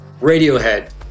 radiohead